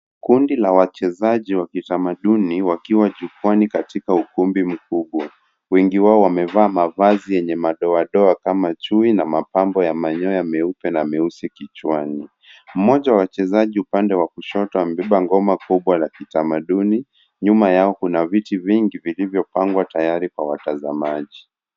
Kundi la wachezaji wa kitamaduni wakiwa jukwaani katika ukumbi mkubwa. Wengi wao wamevaa mavazi yenye madoadoa kama chui na mapambo ya manyoya meupe na meusi kichwani. Mmoja wa wachezaji upande wa kushoto amebeba ngoma kubwa la kitamaduni. Nyuma yao kuna viti vingi vilivyopangwa tayari kwa watazamaji.